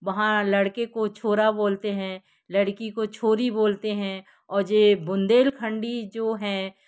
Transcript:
वहाँ लड़के को छोरा बोलते हैं लड़की को छोरी बोलते हैं और जे बुंदेलखंडी जो है